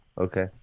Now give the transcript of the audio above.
Okay